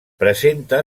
presenta